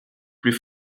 plus